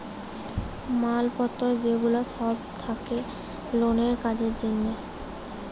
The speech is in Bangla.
মাল পত্র যে গুলা সব থাকে লোকের কাজের জন্যে